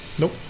Nope